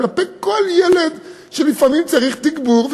כלפי כל ילד שלפעמים צריך תגבור,